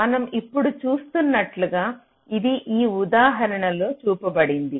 మనం ఇప్పుడు చూస్తున్నట్లుగా ఇది ఈ ఉదాహరణలో చూపబడింది